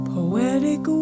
Poetic